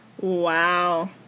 wow